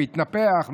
מתנפח,